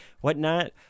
whatnot